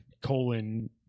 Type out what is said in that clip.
colon